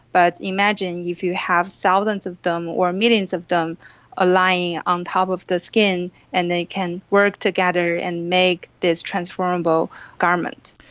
but imagine if you have thousands of them or millions of them ah lying on top of the skin and they can work together and make this transformable garment.